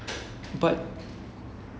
are you saying like the exact location